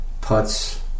putts